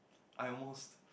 I almost